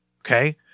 Okay